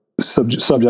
subject